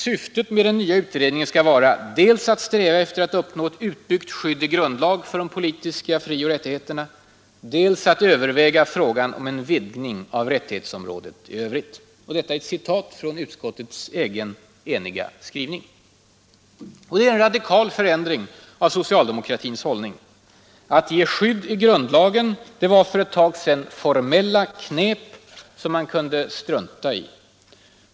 ”Syftet” med den nya utredningen skall vara ”dels att sträva efter att uppnå ett utbyggt skydd i grundlag för de politiska frioch rättigheterna, dels att överväga frågan Det är en radikal förändring av socialdemokratins hållning. Att ge skydd i grundlagen var för ett tag sedan ”formella knep”, som man kunde strunta i.